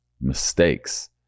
mistakes